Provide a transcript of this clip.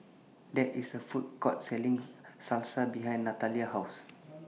There IS A Food Court Selling Salsa behind Natalia's House